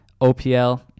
opl